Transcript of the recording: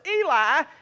Eli